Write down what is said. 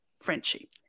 Frenchie